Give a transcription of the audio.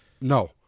No